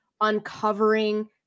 uncovering